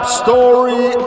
story